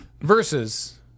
Versus